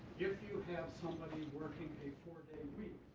if you have somebody working a four-day